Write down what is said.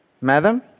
Madam